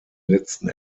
letzten